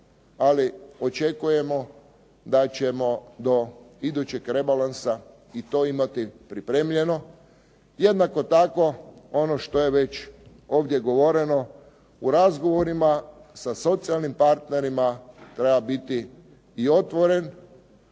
Ali očekujemo da ćemo do idućeg rebalansa i to imati pripremljeno. Jednako tako ono što je već ovdje govoreno u razgovorima sa socijalnim partnerima treba biti i otvoren,